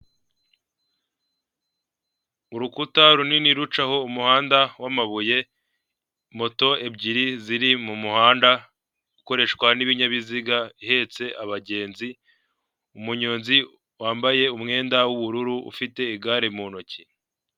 Urukuta runini rucaho umuhanda w'amabuye moto ebyiri ziri mu muhanda ikoreshwa n'ibinyabiziga ihetse abagenzi, umunyonzi wambaye umwenda w'ubururu ufite igare mu ntoki.